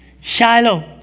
Shiloh